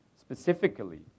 specifically